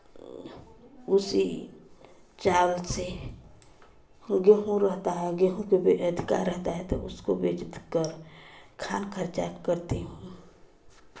उसी चावल से गेहूँ रहता है गेहूँ के बे अथि का रहता है तो उसको बेचकर खान खर्चा करती हूँ